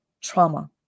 trauma